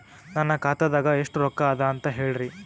ನನ್ನ ಖಾತಾದಾಗ ಎಷ್ಟ ರೊಕ್ಕ ಅದ ಅಂತ ಹೇಳರಿ?